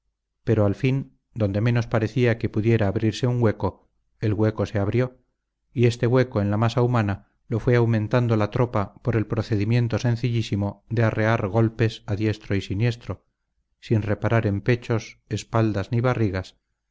pero al fin donde menos parecía que pudiera abrirse un hueco el hueco se abrió y este hueco en la masa humana lo fue aumentando la tropa por el procedimiento sencillísimo de arrear golpes a diestro y siniestro sin reparar en pechos espaldas ni barrigas